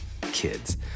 kids